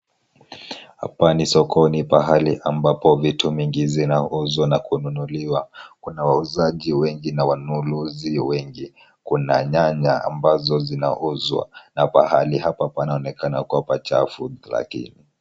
Hapa ni sokoni pahali ambapo vitu mingi zinauzwa na kununuliwa. Kuna wauzaji wengi na wanunuzi wengi. Kuna nyanya ambazo zinauzwa na pahali hapa panaonekana kuwa pachafu lakini.